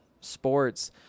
sports